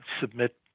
submit